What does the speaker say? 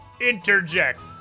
interject